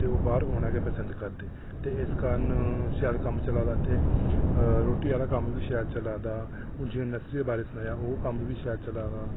ते ओह् बाह्र औना गै पसंद करदे ते इस कारण शैल कम्म चलै दा इत्थै रुट्टी आह्ला कम्म बी शैल चलै दा हून जि'यां नर्सरी दे बारै बी सनाया ओह् शैल चलै दा